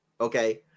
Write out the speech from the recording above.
Okay